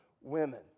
Women